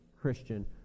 Christian